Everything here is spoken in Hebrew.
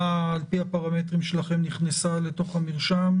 על-פי הפרמטרים שלכם נכנסה לתוך המרשם,